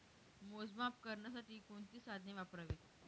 मोजमाप करण्यासाठी कोणती साधने वापरावीत?